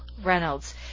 Reynolds